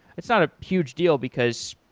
it's not a huge deal because,